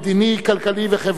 הכלכלי והחברתי,